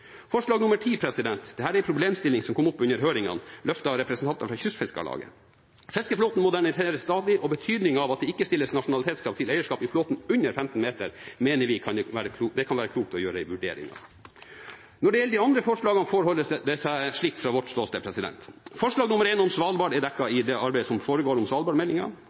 er en problemstilling som kom opp under høringene, løftet av representanter for Kystfiskarlaget. Fiskeflåten moderniseres stadig, og betydningen av at det ikke stilles nasjonalitetskrav til eierskap i flåten under 15 meter, mener vi det kan være klokt å gjøre en vurdering av. Når det gjelder de andre forslagene, forholder det seg slik fra vårt ståsted: I om Svalbard er dekket i arbeidet med Svalbard-meldingen. II og VI er foreslått av regjeringen, III om kvotefleks mener vi er et kontraproduktivt forslag all den tid det er enighet om